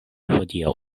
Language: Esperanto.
hodiaŭ